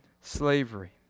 slavery